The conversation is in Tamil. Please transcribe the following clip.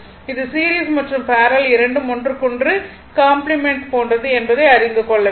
இது சீரிஸ் மற்றும் பேரலல் இரண்டும் ஒன்றுக்கொன்று காம்ப்ளிமென்ட் போன்றது என்பதை அறிந்து கொள்ள வேண்டும்